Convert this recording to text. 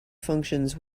functions